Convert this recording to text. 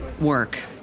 work